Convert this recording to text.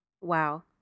Wow